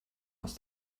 aus